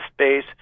space